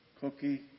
cookie